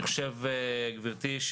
גברתי,